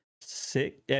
six